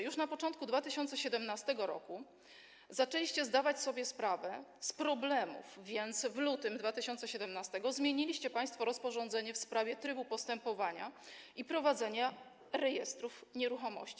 Już na początku 2017 r. zaczęliście zdawać sobie sprawę z problemów, więc w lutym 2017 r. zmieniliście państwo rozporządzenie w sprawie trybu postępowania i prowadzenia rejestrów nieruchomości.